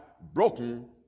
broken